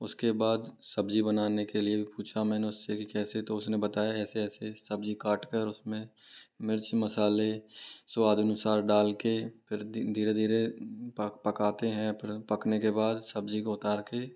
उसके बाद सब्ज़ी बनाने के लिए भी पूछा मैंने उस से कि कैसे तो उसने बताया ऐसे ऐसे सब्ज़ी काट कर उस में मिर्च मसाले स्वाद अनुसार डाल के फिर धीरे धीरे पक पकाते हैं फिर पकने के बाद सब्ज़ी को उतार के